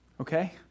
okay